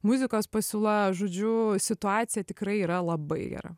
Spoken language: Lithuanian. muzikos pasiūla žodžiu situacija tikrai yra labai gera